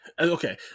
okay